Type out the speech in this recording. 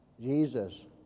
Jesus